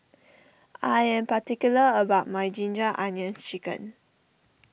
I am particular about my Ginger Onions Chicken